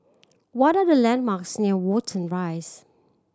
what are the landmarks near Watten Rise